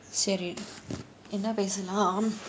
சரி என்ன பேசலாம்:sari enna pesalaam